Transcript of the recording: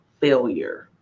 failure